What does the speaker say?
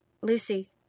Lucy